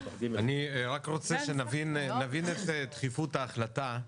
אני רק רוצה שנבין את דחיפות ההחלטה,